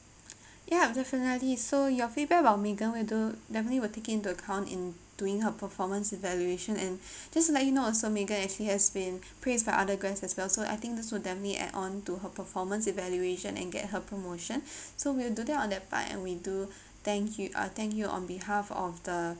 ya definitely so your feedback about megan will do definitely will take into account in doing her performance evaluation and just let you know also megan actually has been praised by other guests as well so I think this will definitely add on to her performance evaluation and get her promotion so we'll do that on that part and we do thank you uh thank you on behalf of the